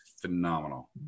phenomenal